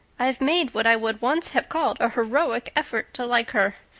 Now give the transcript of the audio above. i've made what i would once have called a heroic effort to like her,